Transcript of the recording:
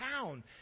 town